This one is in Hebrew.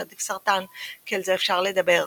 שעדיף סרטן כי על זה אפשר לדבר",